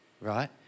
right